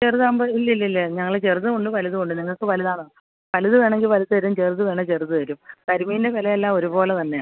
ചെറുതാവുമ്പോൾ ഇല്ല ഇല്ല ഞങ്ങൾ ചെറുതും ഉണ്ട് വലുതും ഉണ്ട് നിങ്ങൾക്ക് വലുതാണോ വലുത് വേണമെങ്കിൽ വലുതു തരും ചെറുത് വേണേ ചെറുത് തരും കരിമീൻ വിലയെല്ലാം ഒരു പോലെ തന്നെയാണ്